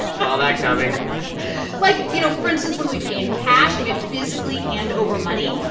saw that coming like you know, for instance, when we pay in cash and we have to physically hand over money,